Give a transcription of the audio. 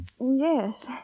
Yes